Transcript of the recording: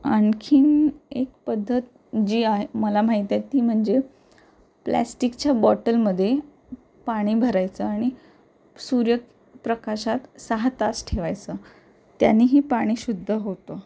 आणखी एक पद्धत जी आहे मला माहीत आहे ती म्हणजे प्लॅस्टिकच्या बॉटलमध्ये पाणी भरायचं आणि सूर्य प्रकाशात सहा तास ठेवायचं त्यानेही पाणी शुद्ध होतं